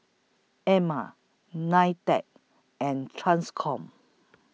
Ema NITEC and TRANSCOM